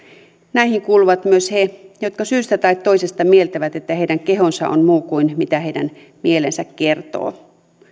näihin kuuluvat myös he jotka syystä tai toisesta mieltävät että heidän kehonsa on muu kuin mitä heidän mielensä kertoo